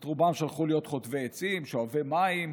את רובם שלחו אותם להיות חוטבי העצים, שואבי המים.